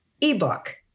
ebook